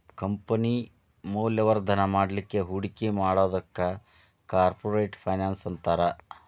company ಮೌಲ್ಯವರ್ಧನ ಮಾಡ್ಲಿಕ್ಕೆ ಹೂಡಿಕಿ ಮಾಡೊದಕ್ಕ ಕಾರ್ಪೊರೆಟ್ ಫೈನಾನ್ಸ್ ಅಂತಾರ